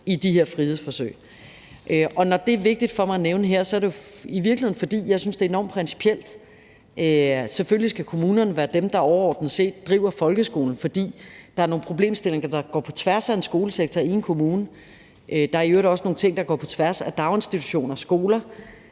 i de her frihedsforsøg. Når det er vigtigt for mig at nævne her, er det jo i virkeligheden, fordi jeg synes, det er enormt principielt. Selvfølgelig skal kommunerne være dem, der overordnet set driver folkeskolen, for der er nogle problemstillinger, der går på tværs af en skolesektor i en kommune. Der er i øvrigt også nogle ting, der går på tværs af daginstitutioner og skoler,